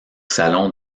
salon